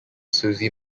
susie